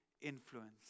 influence